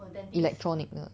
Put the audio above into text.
electronic 的